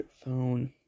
phone